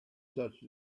such